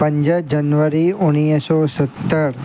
पंज जनवरी उणिवीह सौ सतरि